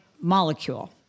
molecule